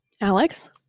Alex